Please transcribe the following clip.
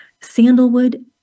Sandalwood